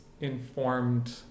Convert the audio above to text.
informed